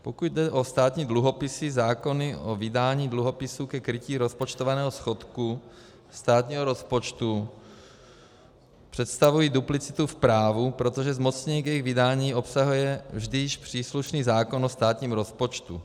Pokud jde o státní dluhopisy, zákony o vydání dluhopisů ke krytí rozpočtovaného schodku státního rozpočtu představují duplicitu v právu, protože zmocnění k jejich vydání obsahuje vždy již příslušný zákon o státním rozpočtu.